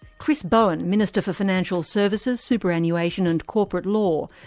chris bowen, minister for financial services, superannuation and corporate law,